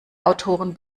autoren